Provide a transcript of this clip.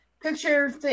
Picture